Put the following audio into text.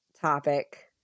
topic